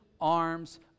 arms